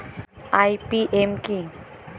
IPM কি?